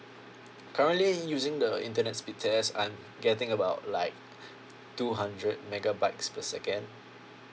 currently I using the internet speed there's I'm getting about like two hundred megabytes per second